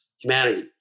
humanity